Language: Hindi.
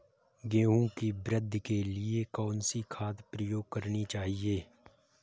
गेहूँ की वृद्धि के लिए कौनसी खाद प्रयोग करनी चाहिए?